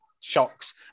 shocks